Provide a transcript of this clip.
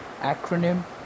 acronym